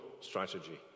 strategy